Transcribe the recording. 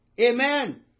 amen